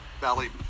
Valley